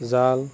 জাল